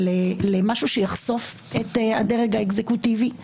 למשהו שיחשוף את הדרג האקזקוטיבי.